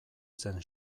zen